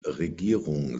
regierung